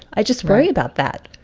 i just worry about that.